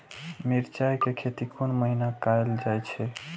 मिरचाय के खेती कोन महीना कायल जाय छै?